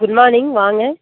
good morning வாங்க